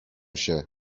się